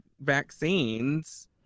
vaccines